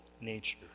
nature